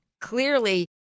Clearly